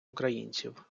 українців